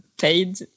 paid